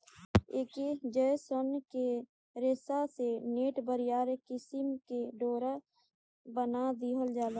ऐके जयसन के रेशा से नेट, बरियार किसिम के डोरा बना दिहल जाला